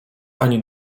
ani